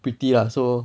pretty lah so